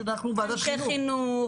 אנחנו ועדת חינוך.